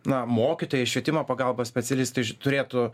na mokytojai švietimo pagalbos specialistai turėtų